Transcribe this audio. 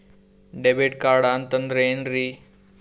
Debit card ಅಂತಂದ್ರೆ ಏನ್ರೀ?